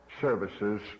services